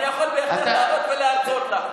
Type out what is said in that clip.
אני יכול להרצות לך.